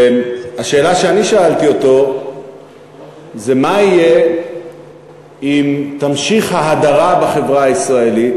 השאלה שאני שאלתי אותו זה מה יהיה עם תמשיך ההדרה בחברה הישראלית